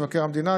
מבקר המדינה,